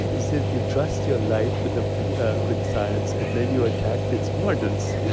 he said, you trust your life with ah but but science, and then you attack its models.